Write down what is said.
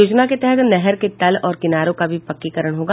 योजना के तहत नहर के तल और किनारों का भी पक्कीकरण होगा